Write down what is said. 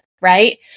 right